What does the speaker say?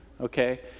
okay